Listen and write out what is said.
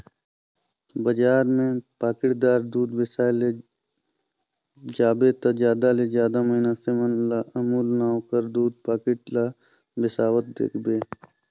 बजार में पाकिटदार दूद बेसाए ले जाबे ता जादा ले जादा मइनसे मन ल अमूल नांव कर दूद पाकिट ल बेसावत देखबे